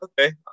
okay